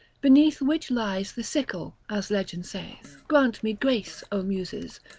beneath which lies the sickle, as legend saith grant me grace, o muses,